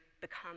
become